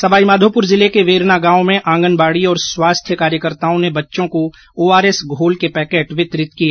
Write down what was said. सवाईमाधोपुर जिले के वेरना गाँव में आंगनवाड़ी और स्वास्थ्य कार्यकर्ताओं ने बच्चों को ओआरएस घोल के पैकेट वितरित किए